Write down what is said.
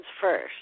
first